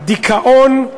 דיכאון,